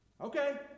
Okay